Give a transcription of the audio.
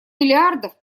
миллиардов